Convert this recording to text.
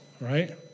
right